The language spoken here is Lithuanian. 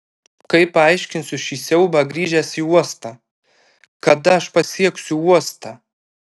kaip paaiškinsiu šį siaubą grįžęs į uostą kada aš pasieksiu uostą